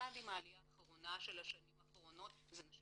במיוחד עם העלייה האחרונה של השנים האחרונות שזה נשים